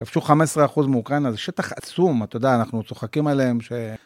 כבשו 15% מאוקראינה, זה שטח עצום, אתה יודע, אנחנו צוחקים עליהם ש...